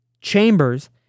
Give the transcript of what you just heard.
chambers